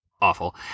Awful